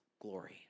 glory